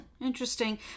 Interesting